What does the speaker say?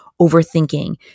overthinking